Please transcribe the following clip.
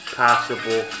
possible